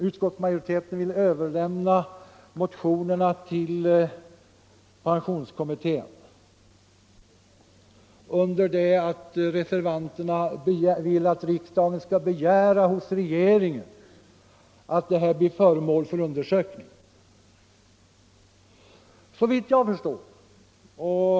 Utskottsmajoriteten vill överlämna motionerna till pensionskommittén under det att reservanterna vill att riksdagen hos regeringen skall begära en undersökning.